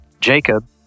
Jacob